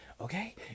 okay